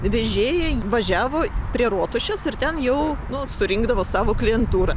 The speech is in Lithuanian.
vežėjai važiavo prie rotušės ir ten jau nu surinkdavo savo klientūrą